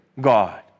God